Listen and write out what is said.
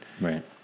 right